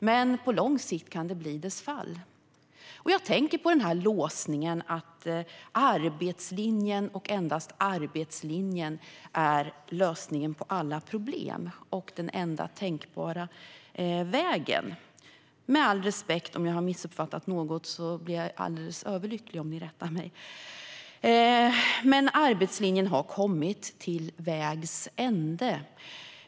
Men på lång sikt kan det bli dess fall. Jag tänker på låsningen att arbetslinjen, och endast arbetslinjen, är lösningen på alla problem och den enda tänkbara vägen. Om jag har missuppfattat något blir jag överlycklig om ni rättar mig. Men arbetslinjen har kommit till vägs ände.